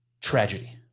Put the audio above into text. tragedy